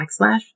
backslash